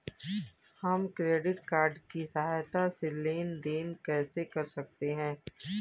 हम credit card की सहायता से लेन देन कैसे कर सकते हैं?